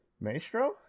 Maestro